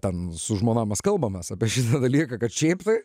ten su žmona mes kalbamės apie šitą dalyką kad šiaip tai